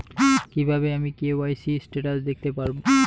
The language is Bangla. কিভাবে আমি কে.ওয়াই.সি স্টেটাস দেখতে পারবো?